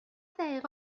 دقیقه